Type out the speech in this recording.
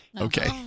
Okay